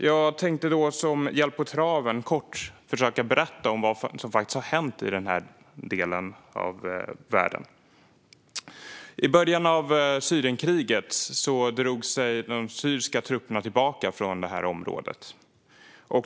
Jag tänkte som hjälp på traven försöka att kort berätta om vad som har hänt i den här delen av världen. I början av Syrienkriget drog sig de syriska trupperna tillbaka från området.